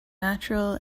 natural